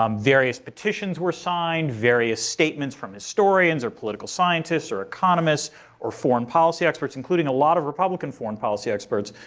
um various petitions were signed. various statements from historians or political scientists or economists or foreign policy experts, including a lot of republican foreign policy experts,